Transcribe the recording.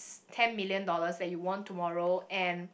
ten million dollars that you won tomorrow and